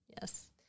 Yes